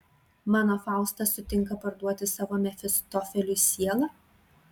mano faustas sutinka parduoti savo mefistofeliui sielą